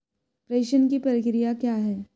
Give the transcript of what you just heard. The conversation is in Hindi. प्रेषण की प्रक्रिया क्या है?